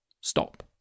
Stop